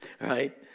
Right